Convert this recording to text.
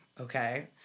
okay